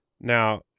Now